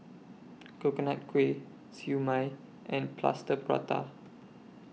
Coconut Kuih Siew Mai and Plaster Prata